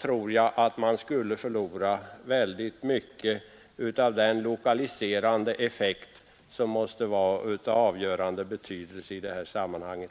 tror jag att postadressen skulle förlora mycket av den lokaliserande effekt som måste ha avgörande betydelse i detta sammanhang.